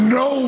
no